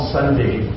Sunday